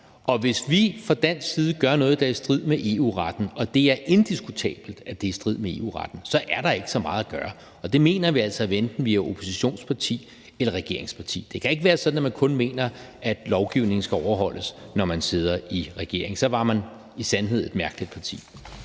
og hvis vi fra dansk side gør noget, der er i strid med EU-retten, og det er indiskutabelt, at det er i strid med EU-retten, så er der ikke så meget at gøre. Det mener vi altså, hvad enten vi er oppositionsparti eller regeringsparti. Det kan ikke være sådan, at man kun mener, at lovgivningen skal overholdes, når man sidder i regering. Så var man i sandhed et mærkeligt parti.